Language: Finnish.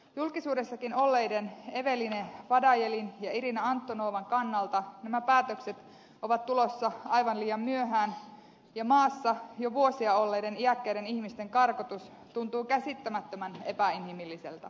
julkisuudessakin olleiden eveline fadayelin ja irina antonovan kannalta nämä päätökset ovat tulossa aivan liian myöhään ja maassa jo vuosia olleiden iäkkäiden ihmisten karkotus tuntuu käsittämättömän epäinhimilliseltä